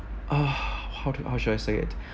uh how to how should I say it